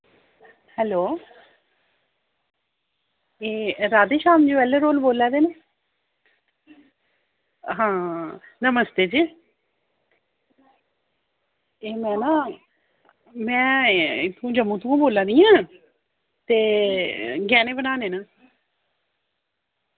hello एह् राधेश्याम जी होर बोल्ला दे न हां नमस्ते जी एह् में ना में जम्मू तों बोल्ला नी आं ते गैह्ने बनाने हे